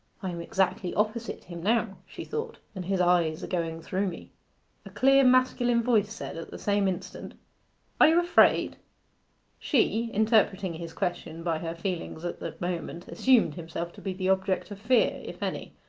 i am exactly opposite him now she thought, and his eyes are going through me a clear masculine voice said, at the same instant are you afraid she, interpreting his question by her feelings at the moment, assumed himself to be the object of fear, if any.